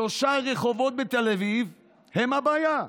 שלושה רחובות בתל אביב הם הבעיה.